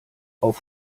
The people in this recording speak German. auf